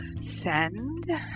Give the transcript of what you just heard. send